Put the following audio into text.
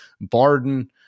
Barden